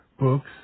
books